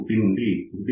1 నుండి 1